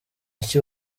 iki